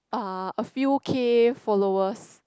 uh a few K followers